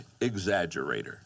exaggerator